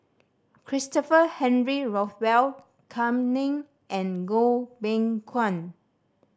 Christopher Henry Rothwell Kam Ning and Goh Beng Kwan